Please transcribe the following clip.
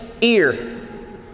ear